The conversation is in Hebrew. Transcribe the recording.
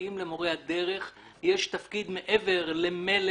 האם למורי הדרך יש תפקיד מעבר למלל